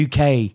UK